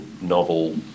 novel